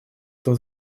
тот